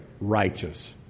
righteous